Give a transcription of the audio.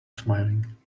smiling